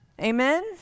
Amen